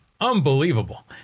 Unbelievable